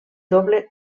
doble